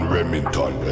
Remington